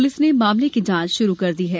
police ने मामले की जांच शुरू कर दी है